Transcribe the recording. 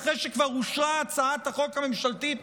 אחרי שכבר אושרה הצעת החוק הממשלתית,